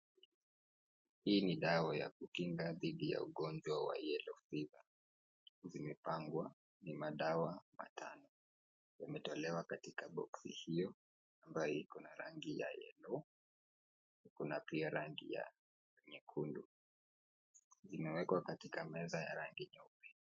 Hii ni dawa ya kukinga dhidi ya ugonjwa wa yellow fever zimepangwa ni madawa matano. Imetolewa katika boksi hiyo ambayo iko na rangi ya yellow kuna pia rangi ya nyekundu imewekwa katika meza ya rangi nyeupe.